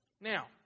Now